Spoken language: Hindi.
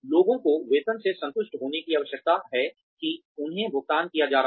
लोगों को वेतन से संतुष्ट होने की आवश्यकता है कि उन्हें भुगतान किया जा रहा है